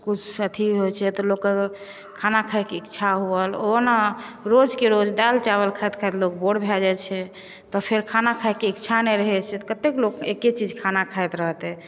कुछ अथी होइ छै तऽ लोककेँ खाना खायके इच्छा हुअल ओना रोजके रोज दालि चावल खाइत खाइत लोक बोर भऽ जाइ छै तऽ फेर खाना खायके इच्छा नहि रहै छै कते लोक एके चीज खाना खाइत रहतै